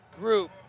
group